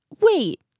Wait